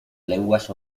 lenguas